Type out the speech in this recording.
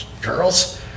girls